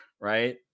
right